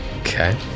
Okay